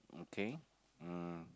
okay um